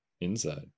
inside